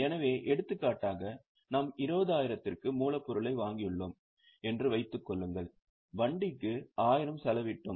எனவே எடுத்துக்காட்டாக நாம் 20000 க்கு மூலப்பொருளை வாங்கியுள்ளோம் என்று வைத்துக்கொள்ளுங்கள் வண்டிக்கு 1000 செலவிட்டோம்